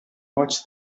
watch